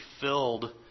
filled